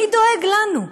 מי דואג לנו?